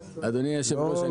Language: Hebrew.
היושב-ראש,